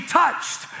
touched